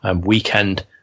weekend